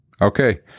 Okay